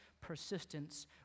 persistence